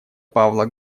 павла